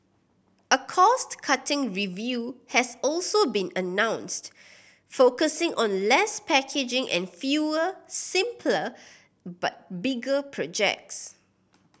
a cost cutting review has also been announced focusing on less packaging and fewer simpler but bigger projects